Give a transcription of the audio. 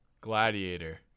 gladiator